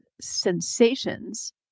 sensations